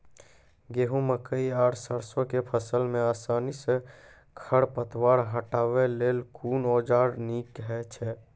गेहूँ, मकई आर सरसो के फसल मे आसानी सॅ खर पतवार हटावै लेल कून औजार नीक है छै?